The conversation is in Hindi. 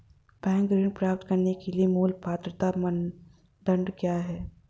बैंक ऋण प्राप्त करने के लिए मूल पात्रता मानदंड क्या हैं?